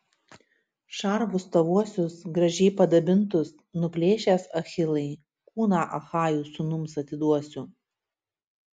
šarvus tavuosius gražiai padabintus nuplėšęs achilai kūną achajų sūnums atiduosiu